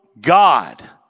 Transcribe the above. God